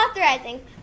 authorizing